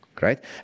right